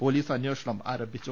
police അന്വേഷണം ആരംഭിച്ചു